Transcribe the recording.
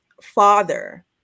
father